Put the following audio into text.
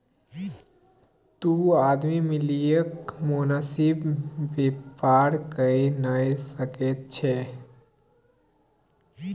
दू आदमी मिलिकए मोनासिब बेपार कइये नै सकैत छै